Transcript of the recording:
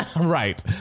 Right